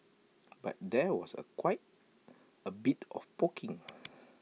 but there was quite A bit of poking